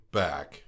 back